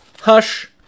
Hush